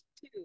two